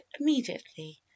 immediately